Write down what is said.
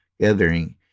gathering